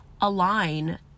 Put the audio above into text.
align